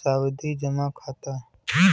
सावधि जमा खाता